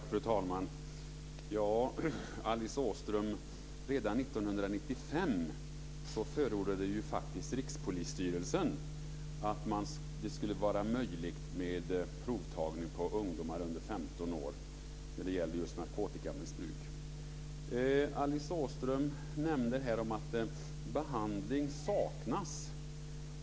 Fru talman! Redan 1995, Alice Åström, förordade faktiskt Rikspolisstyrelsen att det skulle vara möjligt med provtagning på ungdomar under 15 år när det gällde just narkotikamissbruk. Alice Åström nämnde att behandling saknas.